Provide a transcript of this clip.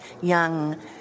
young